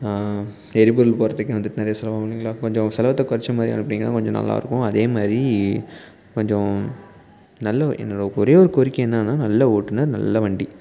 எரிபொருள் போடுறதுக்கே வந்துட்டு நிறைய செலவாகும் இல்லைங்களா கொஞ்சம் செலவத்தை குறச்ச மாதிரி அனுப்புனீங்கன்னா கொஞ்சம் நல்லா இருக்கும் அதே மாதிரி கொஞ்சம் நல்ல என்னோடய ஒரே ஒரு கோரிக்கை என்னென்னா நல்ல ஓட்டுநர் நல்ல வண்டி